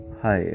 hi